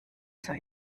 zur